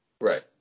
Right